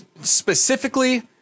specifically